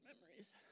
memories